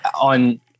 on